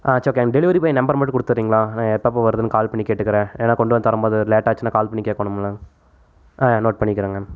ஆ சரி ஓகே அந்த delivery boy number மட்டும் கொடுத்தட்றிங்களா நான் எப்பப்போ வருதுன்னு கால் பண்ணி கேட்டுக்கிறேன் ஏன்னால் கொண்டு வந்து தரும்போது லேட் ஆச்சினால் கால் பண்ணி கேட்கணும்ல ஆ நோட் பண்ணிக்கிறேங்க